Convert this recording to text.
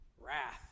Wrath